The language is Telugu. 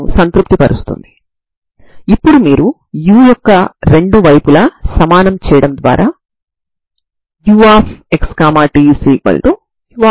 దీనికి బదులుగా మీరు a 0 మరియు b L గా తీసుకోవడం ద్వారా అనవసరమైన గణనలను నివారించవచ్చు